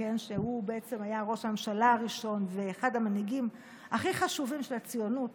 שהיה ראש הממשלה הראשון ואחד המנהיגים הכי חשובים של הציונות,